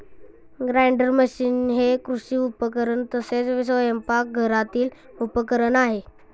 grinder machine हे कृषी उपकरण तसेच स्वयंपाकघरातील उपकरण आहे